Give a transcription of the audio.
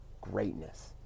greatness